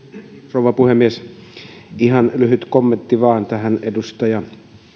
rouva puhemies ihan lyhyt kommentti vain tähän edustaja